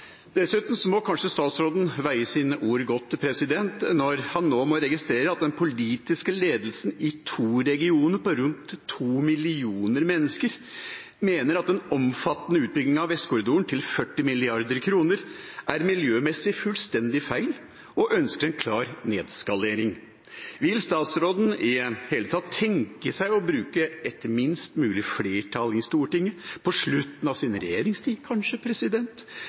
Dessuten må kanskje statsråden veie sine ord godt når han nå må registrere at den politiske ledelsen i to regioner – på rundt to millioner mennesker – mener at den omfattende utbygginga av Vestkorridoren til 40 mrd. kr er fullstendig feil miljømessig og ønsker en klar nedskalering. Vil statsråden i det hele tatt tenke seg å bruke et minst mulig flertall i Stortinget, kanskje på slutten av sin regjeringstid,